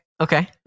okay